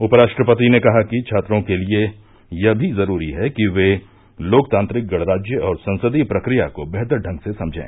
उपराष्ट्रपति ने कहा कि छात्रों के लिए यह भी जरूरी है कि वे लोकतांत्रिक गणराज्य और संसदीय प्रक्रिया को बेहतर ढंग से समझें